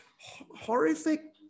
horrific